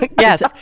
Yes